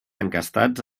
encastats